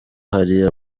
hari